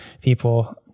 people